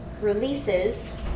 releases